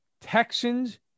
Texans